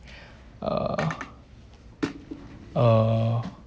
uh uh